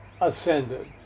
ascended